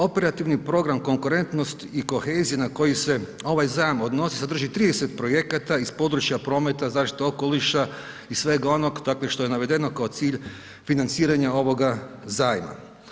Operativni program Konkurentnost i kohezija na koji se ovaj zajam odnosi sadrži 30 projekata iz područja prometa, zaštite okoliša i svega onog dakle, što je navedeno kao cilj financiranja ovoga zajma.